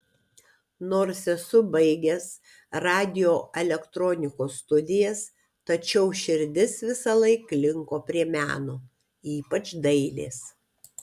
nors esu baigęs radioelektronikos studijas tačiau širdis visąlaik linko prie meno ypač dailės